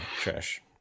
trash